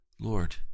Lord